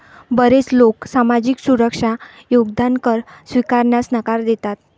बरेच लोक सामाजिक सुरक्षा योगदान कर स्वीकारण्यास नकार देतात